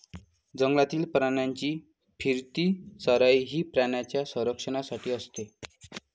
जंगलातील प्राण्यांची फिरती चराई ही प्राण्यांच्या संरक्षणासाठी असते